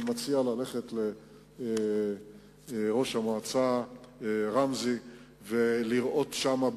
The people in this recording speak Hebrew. אני מציע ללכת לראש העיר ראמזי ולראות שם,